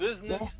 business